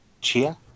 Chia